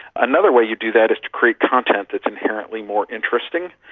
another way you do that is to create content that is inherently more interesting,